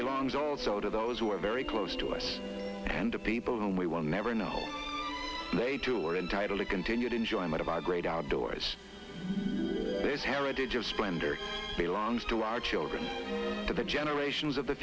belongs also to those who are very close to us and to people whom we will never know play to or entitle it continued enjoyment of our great outdoors this heritage of splendor belongs to our children to the generations of the